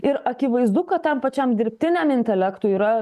ir akivaizdu kad tam pačiam dirbtiniam intelektui yra